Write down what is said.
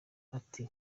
ati